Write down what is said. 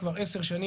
כבר 10 שנים,